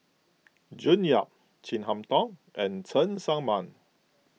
June Yap Chin Harn Tong and Cheng Tsang Man